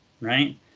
right